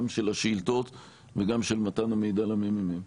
גם של השאילתות וגם של מתן המידע למ.מ.מ.